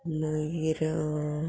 मागीर